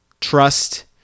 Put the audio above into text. trust